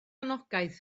anogaeth